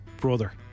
Brother